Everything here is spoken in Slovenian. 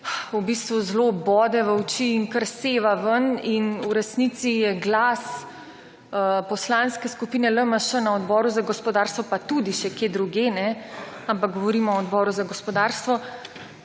v bistvu zelo bode v oči in kar seva ven. In v resnici je glas Poslanske skupin LMŠ na Odboru za gospodarstvo, pa tudi še kje drugje, ampak govorimo o Odboru za gospodarstvo,